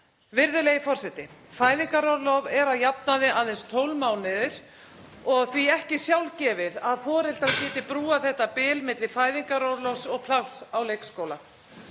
borgarinnar. Fæðingarorlof er að jafnaði aðeins 12 mánuðir og því ekki sjálfgefið að foreldrar geti brúað þetta bil milli fæðingarorlofs og pláss á leikskóla.